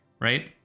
right